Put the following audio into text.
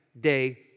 day